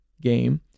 game